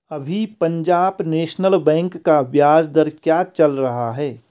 अभी Punjab national bank का ब्याज दर क्या चल रहा है?